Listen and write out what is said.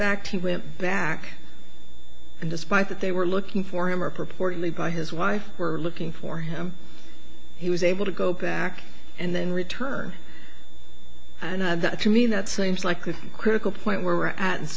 fact he went back and despite that they were looking for him or purportedly by his wife were looking for him he was able to go back and then return and to me that seems like the critical point where we're at and